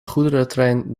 goederentrein